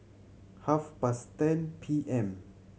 half past ten P M